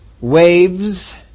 waves